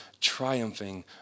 triumphing